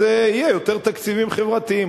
יהיו יותר תקציבים חברתיים.